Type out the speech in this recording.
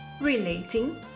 Relating